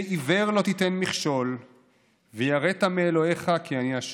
עִוֵּר לא תתן מכשל ויראת מאלהיך אני ה'".